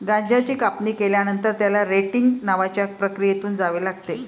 गांजाची कापणी केल्यानंतर, त्याला रेटिंग नावाच्या प्रक्रियेतून जावे लागते